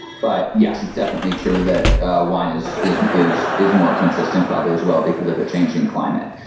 but yes, it's definitely true that wine is is is is more consistent probably as well because of a changing climate.